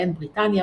בהן בריטניה,